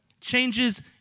Changes